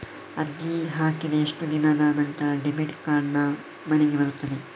ಅರ್ಜಿ ಹಾಕಿದ ಎಷ್ಟು ದಿನದ ನಂತರ ಡೆಬಿಟ್ ಕಾರ್ಡ್ ನನ್ನ ಮನೆಗೆ ಬರುತ್ತದೆ?